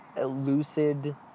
lucid